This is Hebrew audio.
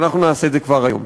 שאנחנו נעשה את זה כבר היום.